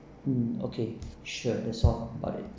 mm okay sure that's all bye